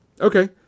Okay